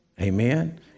Amen